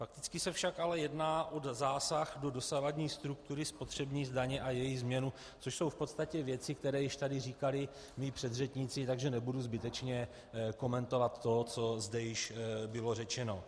Prakticky se však ale jedná o zásah do dosavadní struktury spotřební daně a její změnu, což jsou v podstatě věci, které již tady říkali mí předřečníci, takže nebudu zbytečně komentovat to, co zde již bylo řečeno.